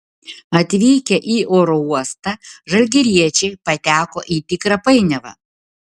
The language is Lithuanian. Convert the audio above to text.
atvykę į oro uostą žalgiriečiai pateko į tikrą painiavą